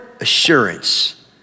assurance